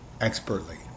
expertly